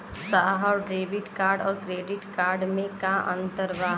साहब debit card और credit card में का अंतर बा?